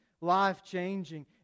life-changing